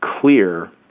clear